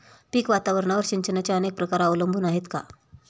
पीक वातावरणावर सिंचनाचे अनेक प्रकार अवलंबून आहेत का?